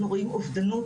אנחנו רואים אובדנות,